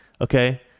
okay